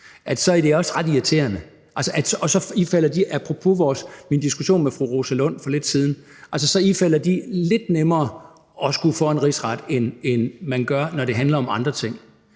irriterende. Og så ifalder de – apropos min diskussion med fru Rosa Lund for lidt siden – lidt nemmere at skulle for en rigsret, end man gør, når det handler om andre ting.